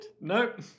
Nope